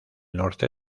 norte